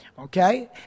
Okay